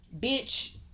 bitch